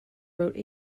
wrote